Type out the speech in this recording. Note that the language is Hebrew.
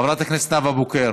חברת הכנסת נאוה בוקר,